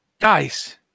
guys